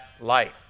light